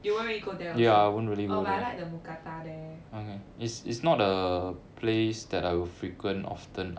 you won't really go there also oh but I like the mookata there